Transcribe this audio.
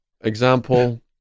example